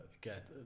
get